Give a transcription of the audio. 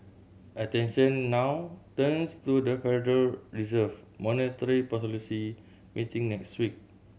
attention now turns to the Federal Reserve monetary meeting next week